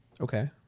okay